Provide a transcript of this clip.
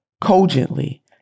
Cogently